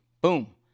boom